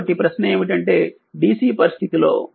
కాబట్టిప్రశ్నఏమిటంటే DC పరిస్థితి లో